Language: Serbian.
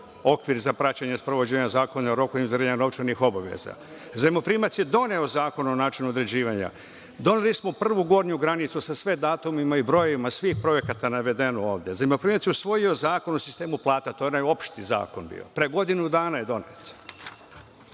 okvir za praćenje sprovođenja Zakona o rokovima za izmirenje novčanih obaveza, zajmoprimac je doneo Zakon o načinu određivanja, doneli smo prvu gornju granicu sa sve datumima i brojevima svih projekata navedenih ovde, zajmoprimac je usvojio Zakon o sistemu plata, to je bio onaj opšti zakon, pre godinu dana je donet. Tek